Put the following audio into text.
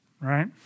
Right